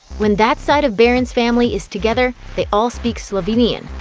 when that side of barron's family is together, they all speak slovenian,